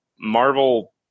Marvel